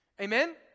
Amen